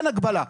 אין הגבלה,